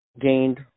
gained